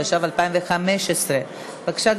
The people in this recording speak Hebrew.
התשע"ה 2015. בבקשה,